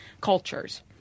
cultures